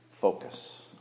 focus